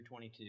22